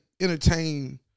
entertain